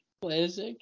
classic